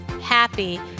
happy